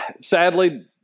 sadly